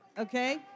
Okay